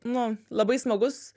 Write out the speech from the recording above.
nu labai smagus